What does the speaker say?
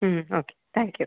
ம் okay thank you